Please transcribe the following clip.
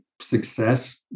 success